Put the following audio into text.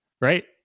right